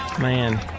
Man